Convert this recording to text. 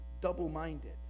double-minded